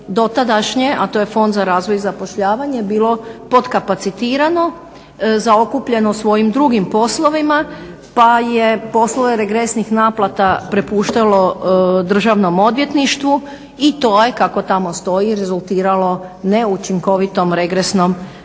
dotadašnje a to je Fond za razvoj i zapošljavanje bilo podkapacitirano, zaokupljeno svojim drugim poslovima, pa je poslove regresnih naplata prepuštalo državnom odvjetništvu i to je kako tamo stoji rezultiralo neučinkovitom regresnom naplatom.